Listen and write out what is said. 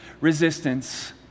resistance